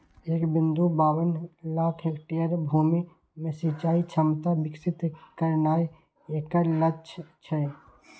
एक बिंदु बाबन लाख हेक्टेयर भूमि मे सिंचाइ क्षमता विकसित करनाय एकर लक्ष्य छै